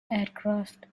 aircraft